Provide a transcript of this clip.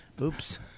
Oops